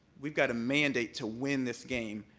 we've got a mandate to win this game,